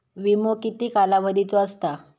विमो किती कालावधीचो असता?